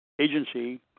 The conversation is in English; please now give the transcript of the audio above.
agency